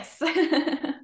Yes